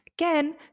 Again